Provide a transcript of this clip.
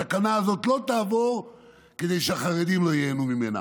התקנה הזאת לא תעבור כדי שהחרדים לא ייהנו ממנה.